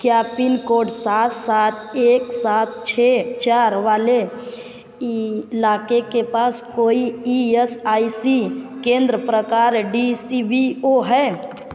क्या पिनकोड सात सात एक सात छः चार वाले इलाके के पास कोई ई एस आई सी केंद्र प्रकार डी सी बी ओ है